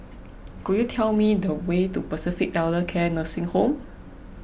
could you tell me the way to Pacific Elder Care Nursing Home